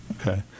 Okay